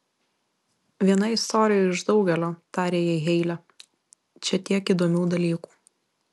viena istorija iš daugelio tarė jai heile čia tiek įdomių dalykų